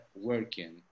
working